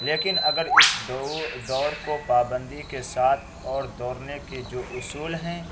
لیکن اگر اس دور دور کو پابندی کے ساتھ اور دوڑنے کے جو اصول ہیں